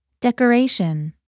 Decoration